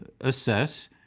assess